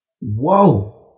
Whoa